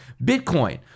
bitcoin